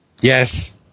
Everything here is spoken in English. Yes